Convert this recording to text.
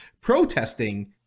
protesting